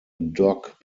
dock